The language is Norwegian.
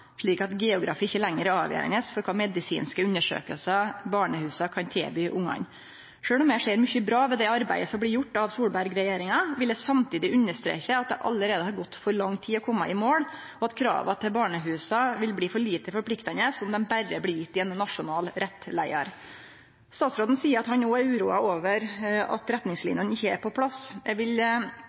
slik at geografi ikkje lenger er avgjerande for kva medisinske undersøkingar barnehusa kan tilby ungane. Sjølv om eg ser mykje bra ved det arbeidet som blir gjort av Solberg-regjeringa, vil eg samtidig understreke at det allereie har teke for lang tid å kome i mål, og at krava til barnehusa vil bli for lite forpliktande om dei berre blir gjevne i ein nasjonal rettleiar. Statsråden seier at han òg er uroa over at retningslinene ikkje er på plass. Eg